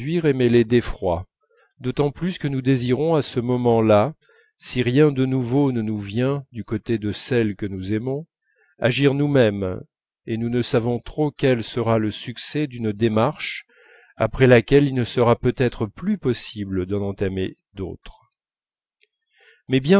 d'effroi d'autant plus que nous désirons à ce moment-là si rien de nouveau ne nous vient du côté de celle que nous aimons agir nous-mêmes et nous ne savons trop quel sera le succès d'une démarche après laquelle il ne sera peut-être plus possible d'en entamer d'autre mais